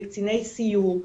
לקציני סיור,